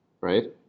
Right